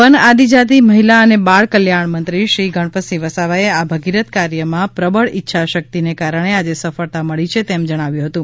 one આદિજાતિ મહિલા અને બાળકલ્યાણમંત્રી શ્રી ગણપતસિંહ વસાવાએ આ ભગીરથ કાર્યમા પ્રબળ ઇચ્છા શક્તિને કારણે આજે સફળતા મળીછે તેમ જણાવ્યુ હતું